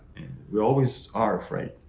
and we always are afraid,